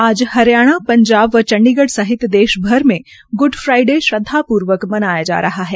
आज हरियाणा पंजाब व चंडीगढ़ सहित देशभर में ग्ड फ्राईडे श्रद्वापूर्वक मनाया जा रहा है